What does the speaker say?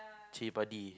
chili padi